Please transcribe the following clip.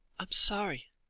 am sorry,